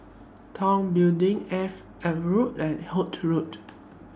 Tong Building AVA Road and Holt Road